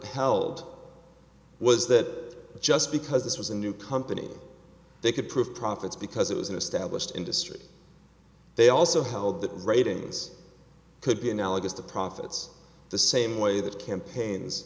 held was that just because this was a new company they could prove profits because it was an established industry they also held that ratings could be analogous to profits the same way that campaigns